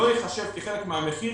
לא ייחשב כחלק מהמפיק"...